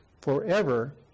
forever